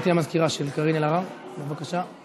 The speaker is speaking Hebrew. גברתי המזכירה, של קארין אלהרר, בבקשה.